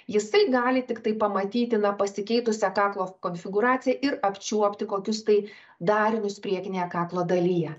jisai gali tiktai pamatyti na pasikeitusią kaklo konfigūraciją ir apčiuopti kokius tai darinius priekinėje kaklo dalyje